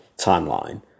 timeline